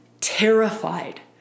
terrified